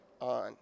on